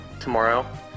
tomorrow